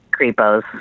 creepos